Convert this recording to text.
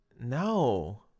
No